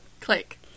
click